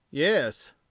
yes,